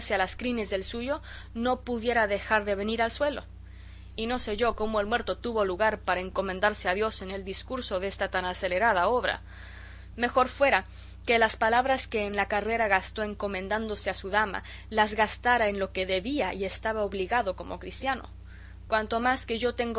las crines del suyo no pudiera dejar de venir al suelo y no sé yo cómo el muerto tuvo lugar para encomendarse a dios en el discurso de esta tan acelerada obra mejor fuera que las palabras que en la carrera gastó encomendándose a su dama las gastara en lo que debía y estaba obligado como cristiano cuanto más que yo tengo